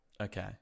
Okay